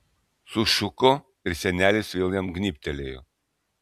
sušuko ir senelis vėl jam gnybtelėjo